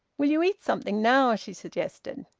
will you eat something now? she suggested.